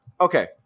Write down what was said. Okay